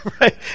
Right